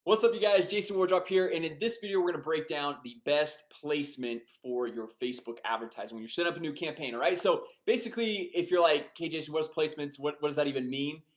what's up you guys jason wardrop here. and in this video, we're gonna break down the best placement for your facebook advertising when you set up a new campaign alright, so basically if you're like kay jessie ware's placements, what does that even mean?